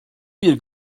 bir